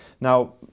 Now